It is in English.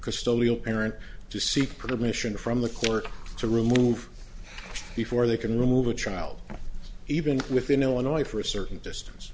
custodial parent to seek permission from the court to remove before they can remove a child even within illinois for a certain distance